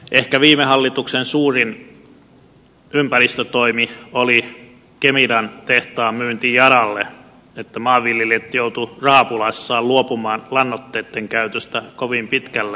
ehkä viime hallituksen suurin ympäristötoimi oli kemiran tehtaan myynti yaralle että maanviljelijät joutuivat rahapulassaan luopumaan lannoitteitten käytöstä kovin pitkälle